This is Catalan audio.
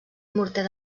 morter